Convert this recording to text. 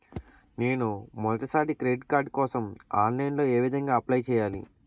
నేను మొదటిసారి credit card కోసం ఆన్లైన్ లో ఏ విధంగా అప్లై చేయాలి?